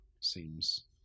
seems